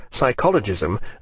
psychologism